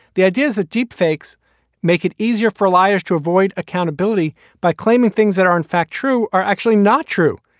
the idea is that deep fakes make it easier for liars to avoid accountability by claiming things that are in fact true are actually not true.